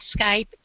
Skype